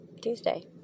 tuesday